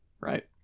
right